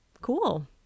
cool